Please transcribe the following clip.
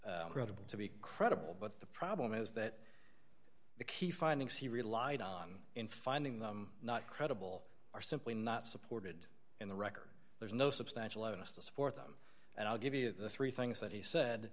credible to be credible but the problem is that the key findings he relied on in finding them not credible are simply not supported in the record there's no substantial onus to support them and i'll give you the three things that he said